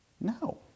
No